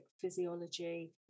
physiology